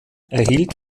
erhielt